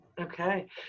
Okay